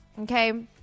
okay